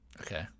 okay